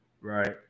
right